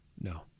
No